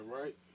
right